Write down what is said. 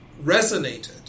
resonated